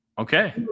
Okay